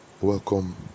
Welcome